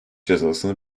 cezasını